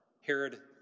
Herod